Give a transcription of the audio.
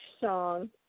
song